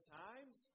times